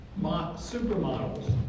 supermodels